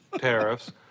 tariffs